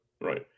right